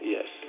Yes